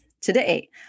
today